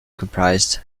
comprised